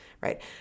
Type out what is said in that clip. Right